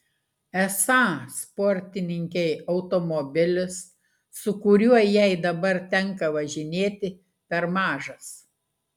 esą sportininkei automobilis su kuriuo jai dabar tenka važinėti per mažas